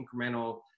incremental